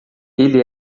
ele